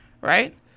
right